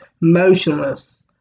motionless